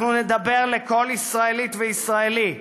אנחנו נדבר לכל ישראלית וישראלי,